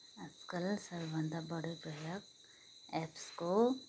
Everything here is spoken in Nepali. आजकल सबैभन्दा बढी प्रयोग एप्सको